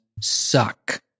suck